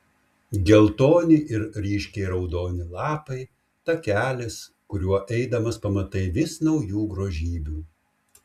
geltoni ir ryškiai raudoni lapai takelis kuriuo eidamas pamatai vis naujų grožybių